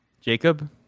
Jacob